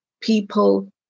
people